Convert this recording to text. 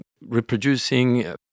reproducing